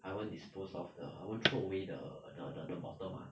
I won't dispose off the I won't throw away the the the bottle mah